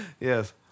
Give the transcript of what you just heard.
Yes